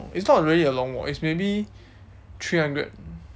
it's not really a long walk it's maybe three hundred